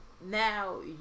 now